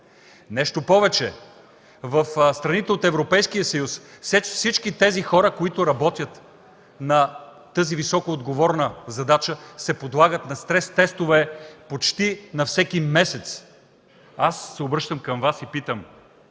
Нещо повече. В страните от Европейския съюз всички тези хора, които работят на тази висока отговорна задача, се подлагат на стрес тестове почти на всеки месец. Обръщам се към Вас и питам: